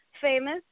famous